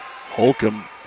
Holcomb